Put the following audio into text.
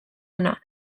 ona